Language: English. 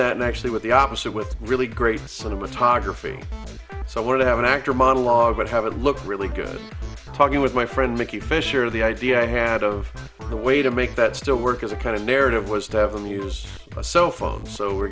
that actually with the opposite with really great cinematography so where to have an actor monologue but have it looks really good talking with my friend mickey fisher the idea i had of the way to make that still work as a kind of narrative was to have a use a cell phone so we're